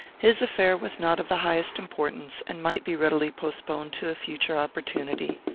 his affair was not of the highest importance, and might be readily postponed to a future opportunity.